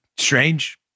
Strange